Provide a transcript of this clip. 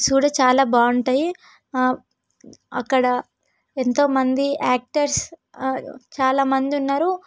చూడు చాలా బాగుంటాయి అక్కడ ఎంతో మంది యాక్టర్స్ చాలా మంది ఉన్నారు